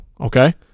okay